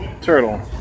turtle